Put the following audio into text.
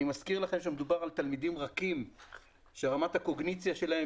אני מזכיר לכם שמדובר על תלמידים רכים שרמת הקוגניציה שלהם